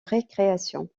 récréation